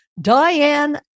Diane